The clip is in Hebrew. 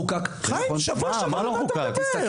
חיים בשבוע שעבר, על מה אתה מדבר?